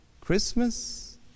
Christmas